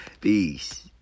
Peace